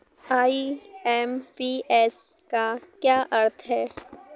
IMPS का क्या अर्थ है?